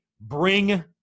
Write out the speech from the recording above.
bring